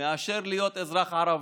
מאשר להיות אזרח ערבי.